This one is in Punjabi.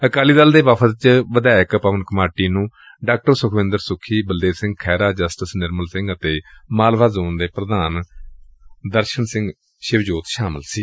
ਅਕਾਲੀ ਦਲ ਦੇ ਵਫ਼ਦ ਵਿਚ ਵਿਧਾਇਕ ਪਵਨ ਕੁਮਾਰ ਟੀਨੁੰ ਡਾ ਸੁਖਵਿਦਰ ਸੁੱਖੀ ਬਲਦੇਵ ਸਿੰਘ ਖਹਿਰਾ ਜਸਟਿਸ ਨਿਰਮਲ ਸਿੰਘ ਅਤੇ ਮਾਲਵਾ ਜ਼ੋਨ ਦੇ ਪ੍ਧਾਨ ਦਰਸ਼ਨ ਸਿੰਘ ਸ਼ਿਵਜੋਤ ਸ਼ਾਮਲ ਸਨ